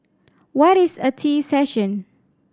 what is a tea session